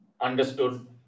understood